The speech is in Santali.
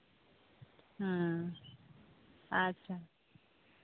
ᱦᱮᱸ ᱟᱪᱪᱷᱟ